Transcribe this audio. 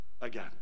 again